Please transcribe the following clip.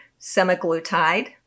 semaglutide